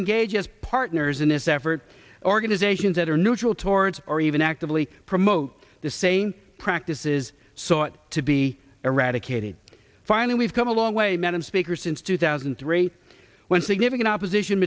engage as partners in this effort organizations that are neutral towards or even actively promote the same practices sought to be eradicated finally we've come a long way madam speaker since two thousand and three when significant opposition